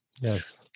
Yes